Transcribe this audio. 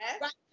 right